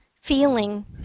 feeling